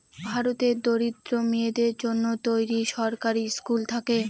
ভারতের দরিদ্র মেয়েদের জন্য তৈরী সরকারি স্কুল থাকে